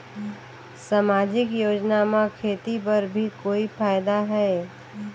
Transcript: समाजिक योजना म खेती बर भी कोई फायदा है?